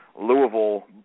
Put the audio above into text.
Louisville